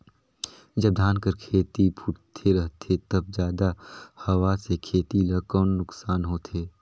जब धान कर खेती फुटथे रहथे तब जादा हवा से खेती ला कौन नुकसान होथे?